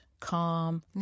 Calm